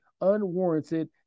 unwarranted